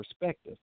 perspective